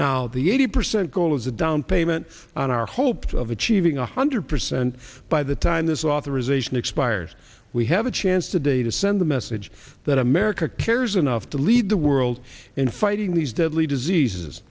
now the eighty percent goal is a down payment on our hope of achieving a hundred percent by the time this authorization expires we have a chance today to send a message america cares enough to lead the world in fighting these deadly diseases